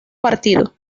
partido